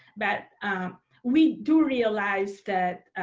but we do realize that